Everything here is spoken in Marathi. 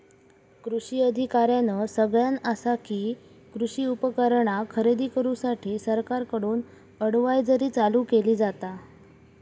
कृषी अधिकाऱ्यानं सगळ्यां आसा कि, कृषी उपकरणा खरेदी करूसाठी सरकारकडून अडव्हायजरी चालू केली जाता